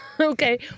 Okay